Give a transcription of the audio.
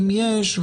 אם יש.